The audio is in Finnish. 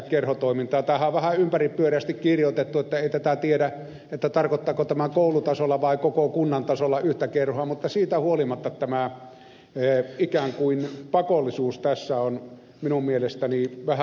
tämähän on vähän ympäripyöreästi kirjoitettu että ei tiedä tarkoittaako tämä koulutasolla vai koko kunnan tasolla yhtä kerhoa mutta siitä huolimatta tämä ikään kuin pakollisuus tässä on minun mielestäni vähän häiritsevä tekijä